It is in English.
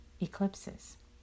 eclipses